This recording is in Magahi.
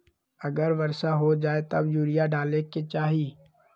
अगर वर्षा हो जाए तब यूरिया डाले के चाहि?